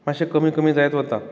मातशें कमी कमी जायत वता